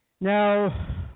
Now